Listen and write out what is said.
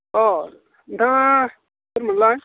अ नोंथाङा सोरमोनलाय